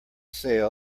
sail